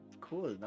cool